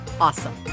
awesome